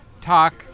talk